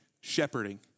Shepherding